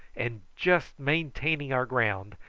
and just maintaining our ground,